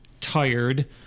tired